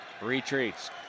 Retreats